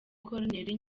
koruneri